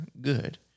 good